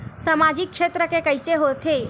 सामजिक क्षेत्र के कइसे होथे?